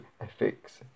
ethics